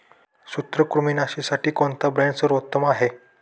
सूत्रकृमिनाशीसाठी कोणता ब्रँड सर्वोत्तम आहे?